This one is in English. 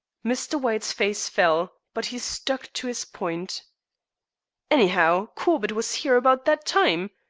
mr. white's face fell, but he stuck to his point anyhow, corbett was here about that time.